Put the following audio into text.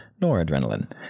noradrenaline